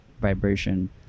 vibration